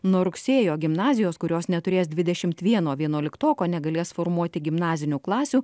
nuo rugsėjo gimnazijos kurios neturės dvidešimt vieno vienuoliktoko negalės formuoti gimnazinių klasių